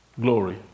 glory